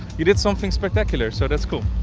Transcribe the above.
you did something spectacular, so that's cool.